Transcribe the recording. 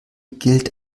gilt